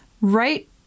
Right